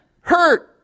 hurt